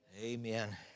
Amen